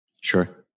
Sure